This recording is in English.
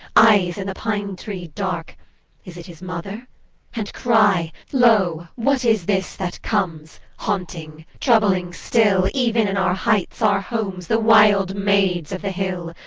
eyes in the pine-tree dark is it his mother and cry lo, what is this that comes, haunting, troubling still, even in our heights, our homes, the wild maids of the hill?